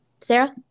Sarah